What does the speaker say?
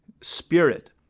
spirit